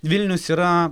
vilnius yra